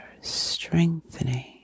strengthening